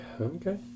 Okay